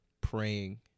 praying